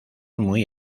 muy